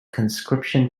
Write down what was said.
conscription